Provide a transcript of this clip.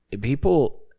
people